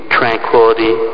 tranquility